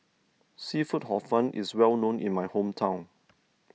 Seafood Hor Fun is well known in my hometown